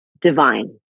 divine